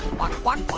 walk. walk.